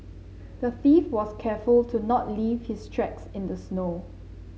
the thief was careful to not leave his tracks in the snow